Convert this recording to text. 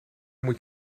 moet